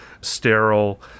sterile